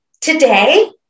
today